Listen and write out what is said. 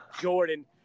Jordan